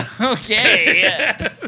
Okay